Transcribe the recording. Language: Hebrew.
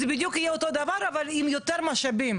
זה בדיוק יהיה אותו דבר אבל עם יותר משאבים,